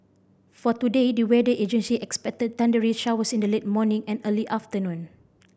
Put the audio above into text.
for today the weather agency expect thundery showers in the late morning and early afternoon